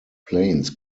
planes